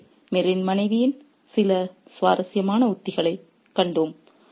ஆகவே மீரின் மனைவியின் சில சுவாரஸ்யமான உத்திகளைக் கண்டோம்